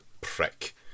prick